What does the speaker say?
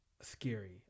scary